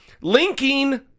linking